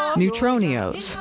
neutronios